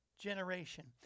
generation